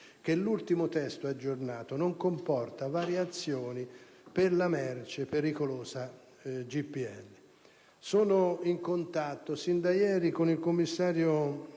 che l'ultimo testo aggiornato non comporta variazioni per la merce pericolosa GPL. Sono in contatto, sin da ieri, con il commissario